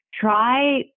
try